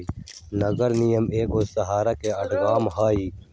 नगर निगम एगो शहरके अङग हइ